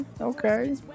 okay